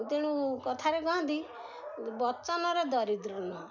ତେଣୁ କଥାରେ କହନ୍ତି ବଚନର ଦରିଦ୍ରନ